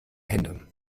hände